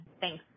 Thanks